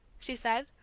she said,